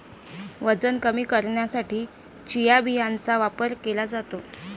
वजन कमी करण्यासाठी चिया बियांचा वापर केला जातो